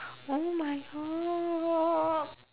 oh my god